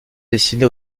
destinés